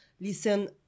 listen